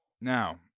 Now